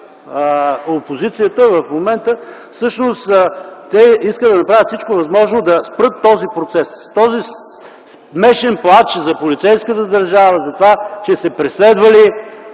опозицията в момента всъщност те искат да направят всичко възможно да спрат този процес. С този смешен плач - за полицейската държава, за това, че се преследвали,